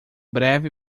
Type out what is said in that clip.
breve